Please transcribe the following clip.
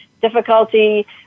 difficulty